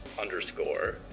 underscore